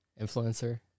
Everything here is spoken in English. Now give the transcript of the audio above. influencer